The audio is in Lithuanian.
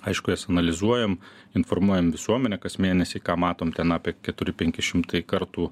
aišku jas analizuojam informuojam visuomenę kas mėnesį ką matom ten apie keturi penki šimtai kartų